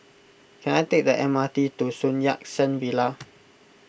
can I take the M R T to Sun Yat Sen Villa